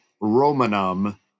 Romanum